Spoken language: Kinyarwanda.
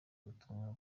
ubutumwa